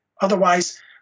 Otherwise